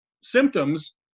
symptoms